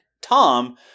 Tom